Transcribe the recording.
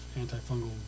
antifungal